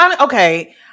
Okay